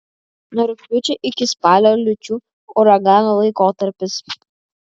nuo rugpjūčio iki spalio liūčių uraganų laikotarpis